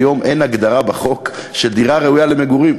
אתה יודע שהיום אין הגדרה בחוק של דירה ראויה למגורים?